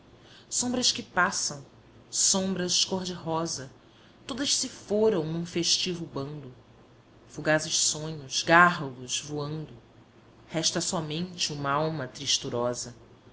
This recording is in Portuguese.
sombras que passam sombras cor-de-rosa todas se foram num festivo bando fugazes sonhos gárrulos voando resta somente umalma tristurosa